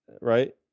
right